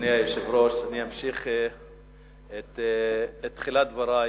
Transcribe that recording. אדוני היושב-ראש, אני אמשיך את תחילת דברי